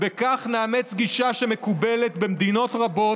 בכך נאמץ גישה שמקובלת במדינות רבות,